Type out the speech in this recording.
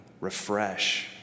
refresh